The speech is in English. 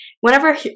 whenever